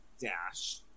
dash